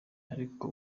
ariko